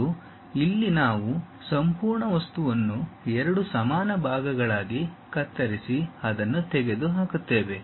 ಮತ್ತು ಇಲ್ಲಿ ನಾವು ಸಂಪೂರ್ಣ ವಸ್ತುವನ್ನು ಎರಡು ಸಮಾನ ಭಾಗಗಳಾಗಿ ಕತ್ತರಿಸಿ ಅದನ್ನು ತೆಗೆದುಹಾಕುತ್ತೇವೆ